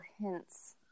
hints